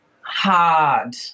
hard